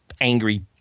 angry